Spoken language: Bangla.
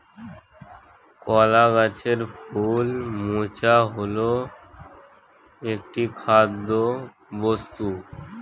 কলা গাছের ফুল মোচা হল একটি খাদ্যবস্তু